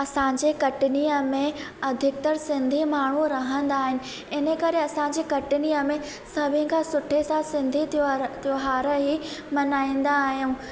असांजे कटनीअ में अधिकतर सिंधी माण्हू रहंदा आहिनि इन करे असांजे कटनीअ में सभिनि खां सुठे सां सिंधी त्योहार त्योहार ई मल्हाईंदा आहियूं